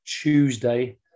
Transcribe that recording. Tuesday